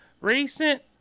Recent